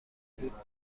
بود